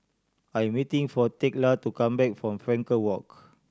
I am waiting for Thekla to come back from Frankel Walk